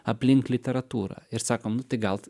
aplink literatūrą ir sakom nu tai gal